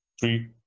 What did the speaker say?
three